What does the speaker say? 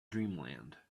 dreamland